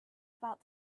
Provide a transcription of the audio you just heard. about